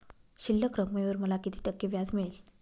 शिल्लक रकमेवर मला किती टक्के व्याज मिळेल?